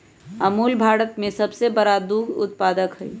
अमूल भारत में सबसे बड़ा दूध उत्पादक हई